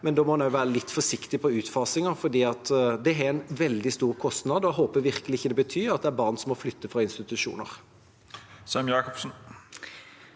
men da må man også være litt forsiktig med utfasinger, for det har en veldig stor kostnad. Jeg håper virkelig ikke det betyr at det er barn som må flytte fra institusjoner. Åslaug Sem-Jacobsen